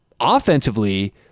offensively